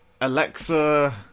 Alexa